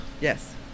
Yes